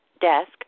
desk